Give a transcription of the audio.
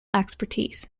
expertise